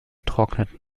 trocknet